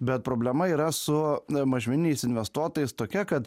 bet problema yra su mažmeniniais investuotojais tokia kad